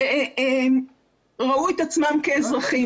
ראו את עצמם כאזרחים.